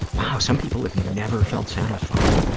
wow, some people have never felt satisfied.